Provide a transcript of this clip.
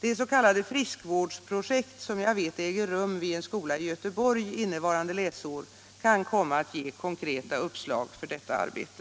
Det s.k. friskvårdsprojekt som jag vet äger rum vid en skola i Göteborg innevarande läsår kan komma att ge konkreta uppslag för detta arbete.